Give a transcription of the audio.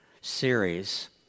series